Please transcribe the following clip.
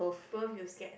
both you scared